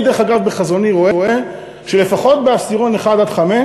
דרך אגב, בחזוני אני רואה שלפחות בעשירון 1 5,